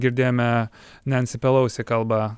girdėjome nensi pelousi kalbą